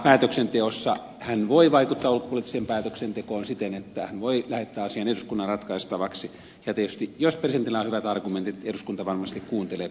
päätöksenteossa hän voi vaikuttaa ulkopoliittiseen päätöksentekoon siten että hän voi lähettää asian eduskunnan ratkaistavaksi ja tietysti jos presidentillä on hyvät argumentit eduskunta varmasti kuuntelee presidenttiä